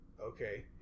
Okay